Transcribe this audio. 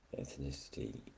ethnicity